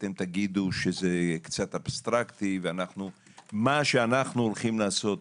תגידו שזה קצת אבסטרקטי ומה שאנחנו הולכים לעשות,